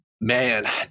Man